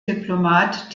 diplomat